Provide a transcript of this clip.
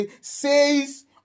Says